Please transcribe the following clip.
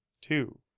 two